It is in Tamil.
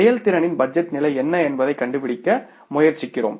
செயல்திறனின் பட்ஜெட் நிலை என்ன என்பதைக் கண்டுபிடிக்க முயற்சிக்கிறோம்